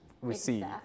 receive